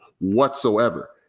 whatsoever